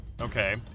Okay